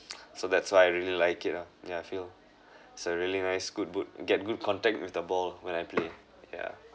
so that's why I really like it lah yeah I feel it's a really nice good boot get good contact with the ball when I play yeah